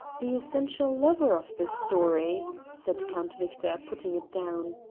the essential lover of the story, said count victor, putting it down.